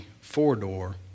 four-door